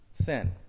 sin